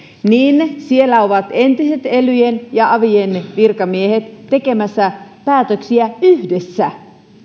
ovat entiset elyjen ja avien virkamiehet tekemässä päätöksiä yhdessä